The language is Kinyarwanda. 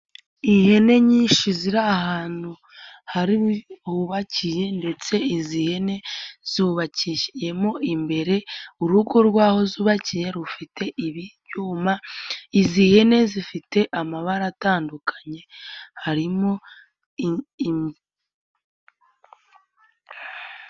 Ihene nyinshi ziri ahantu hari hubakiye ndetse izi hene zubakiyemo imbere urugo rw'aho zubakiye rufite ibyuma izi hene zifite amabara atandukanye harimo.